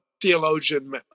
theologian